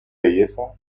belleza